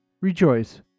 Rejoice